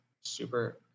super